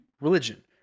religion